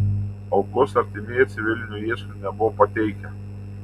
aukos artimieji civilinio ieškinio nebuvo pateikę